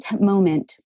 moment